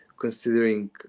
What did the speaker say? considering